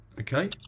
Okay